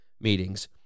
meetings